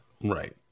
Right